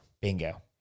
bingo